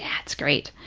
yeah, it's great.